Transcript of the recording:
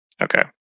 Okay